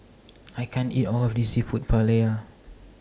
I can't eat All of This Seafood Paella